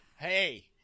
Hey